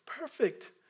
Perfect